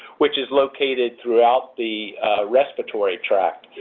which is located throughout the respiratory tract.